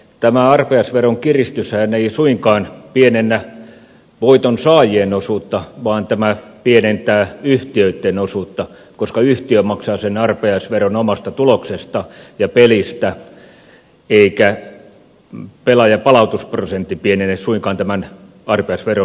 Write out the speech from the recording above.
tämä arpajaisveron kiristyshän ei suinkaan pienennä voiton saajien osuutta vaan tämä pienentää yhtiöitten osuutta koska yhtiö maksaa sen arpajaisveron omasta tuloksesta ja pelistä eikä pelaajan palautusprosentti pienene suinkaan tämän arpajaisveron suhteessa